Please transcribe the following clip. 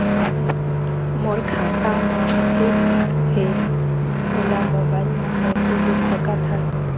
मोर खाता म कतेक हे ओला मोबाइल म कइसे देख सकत हन?